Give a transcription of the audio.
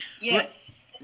Yes